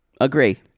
Agree